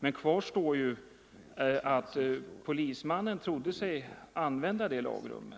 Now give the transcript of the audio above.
Men kvar Torsdagen den står att polismannen trodde sig använda den lagen,